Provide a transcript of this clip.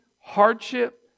hardship